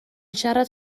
siarad